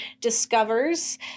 discovers